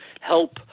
help